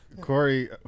Corey